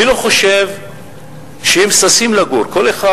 אני לא חושב שהם ששים לגור שם, כל אחד,